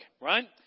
right